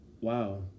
Wow